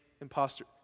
imposter